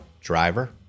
driver